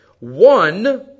One